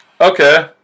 Okay